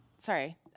Sorry